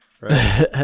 Right